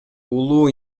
улуу